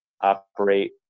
operate